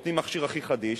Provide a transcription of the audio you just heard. נותנים מכשיר הכי חדיש,